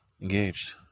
engaged